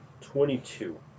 Twenty-two